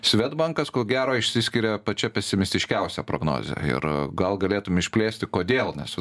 swedbankas ko gero išsiskiria pačia pesimistiškiausiai prognoze ir gal galėtum išplėsti kodėl nes